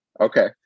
okay